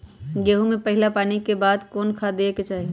गेंहू में पहिला पानी के बाद कौन खाद दिया के चाही?